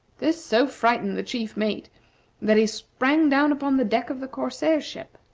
this so frightened the chief mate that he sprang down upon the deck of the corsair ship.